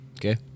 Okay